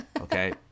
Okay